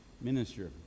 minister